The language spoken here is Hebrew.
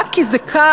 רק כי זה קל?